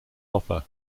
offer